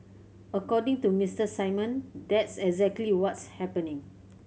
according to Mister Simon that's exactly what's happening